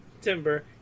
Timber